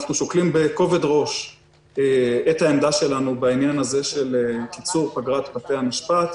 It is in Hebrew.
אנחנו שוקלים בכובד ראש את העמדה שלנו בעניין קיצור פגרת בתי המשפט.